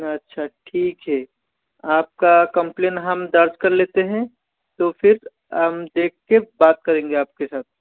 अच्छा ठीक है आपका कंप्लेन हम दर्ज कर लेते हैं तो फिर हम देख के बात करेंगे आपके साथ